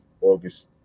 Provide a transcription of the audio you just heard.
august